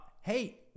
hey